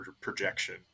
projection